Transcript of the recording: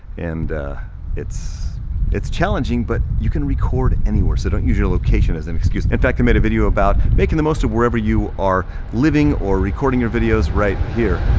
and it's it's challenging, but you can record anywhere. so don't use your location as an excuse. in fact, i made a video about making the most of wherever you are living or recording your videos right here.